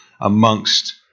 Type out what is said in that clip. amongst